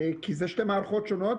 כי זה שתי מערכות שונות.